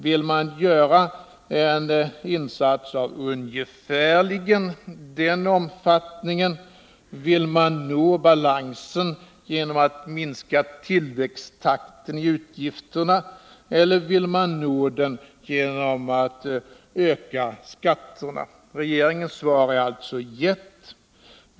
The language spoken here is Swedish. Vill man göra en insats av ungefär samma omfattning, vill man nå balans genom att minska tillväxttakten i utgifterna, eller vill man nå den genom att öka skatterna? Regeringens svar är givet.